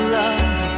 love